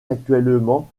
actuellement